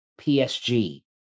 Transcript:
PSG